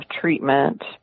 treatment